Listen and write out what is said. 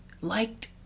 liked